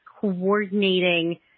coordinating